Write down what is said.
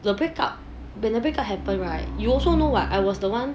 the break up when the break up happen right you also know what I was the one